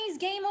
game